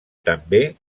també